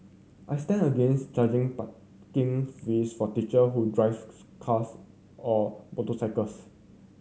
I stand against charging parking fees for teacher who drives cars or motorcycles